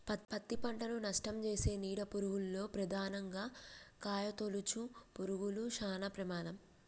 పత్తి పంటను నష్టంచేసే నీడ పురుగుల్లో ప్రధానంగా కాయతొలుచు పురుగులు శానా ప్రమాదం